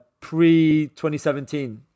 pre-2017